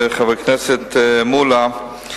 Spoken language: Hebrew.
חבר הכנסת מולה,